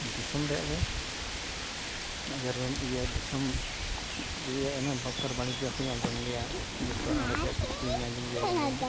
ᱫᱤᱥᱚᱢ ᱨᱮᱭᱟᱜ ᱜᱮ ᱡᱟᱹᱨᱩᱲᱮᱢ ᱤᱭᱟᱹ ᱫᱤᱥᱚᱢ ᱤᱭᱟᱹ ᱚᱱᱮ ᱵᱮᱯᱟᱨ ᱵᱟᱹᱱᱤᱡᱡᱚ ᱦᱚᱸᱞᱤᱧ ᱟᱡᱚᱢ ᱜᱮᱭᱟ ᱡᱚᱛᱚᱣᱟᱜ ᱚᱸᱰᱮ ᱠᱷᱚᱱ ᱠᱤᱪᱷᱩ ᱞᱤᱧ ᱟᱸᱡᱚᱢ ᱜᱮᱭᱟ ᱟᱸᱡᱚᱢ ᱜᱮᱭᱟ